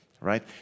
right